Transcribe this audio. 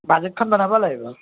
বাজেটখন বনাব লাগিব